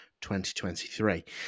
2023